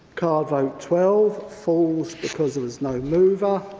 card vote twelve, falls because there was no mover.